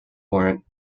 warrant